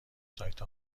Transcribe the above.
سایت